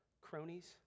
cronies